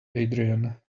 adrian